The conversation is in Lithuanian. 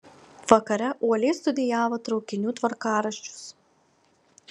vakare uoliai studijavo traukinių tvarkaraščius